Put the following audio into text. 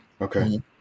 Okay